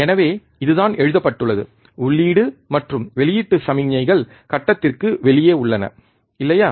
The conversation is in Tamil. எனவே இதுதான் எழுதப்பட்டுள்ளது உள்ளீடு மற்றும் வெளியீட்டு சமிக்ஞைகள் கட்டத்திற்கு வெளியே உள்ளன இல்லையா